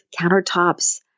countertops